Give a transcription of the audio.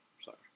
Sorry